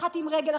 אחת בלי רגל,